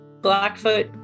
Blackfoot